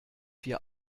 vier